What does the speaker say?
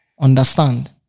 understand